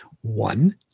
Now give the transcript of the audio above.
one